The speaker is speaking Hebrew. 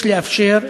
יש לאפשר,